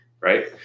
Right